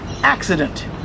accident